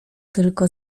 tylko